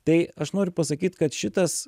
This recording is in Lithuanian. tai aš noriu pasakyt kad šitas